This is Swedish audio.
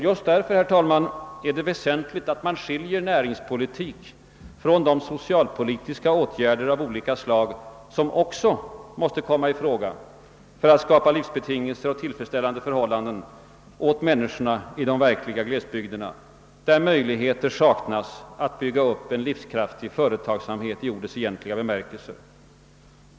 Just därför är det väsentligt att man skiljer näringspolitiken från de socialpolitiska åtgärder av olika slag som också måste till för att skapa livsbetingelser och tillfredsställande förhållanden åt människorna i de verkliga glesbygderna, där möjligheter saknas att bygga upp en livskraftig företagsamhet i ordets egentliga bemärkelse.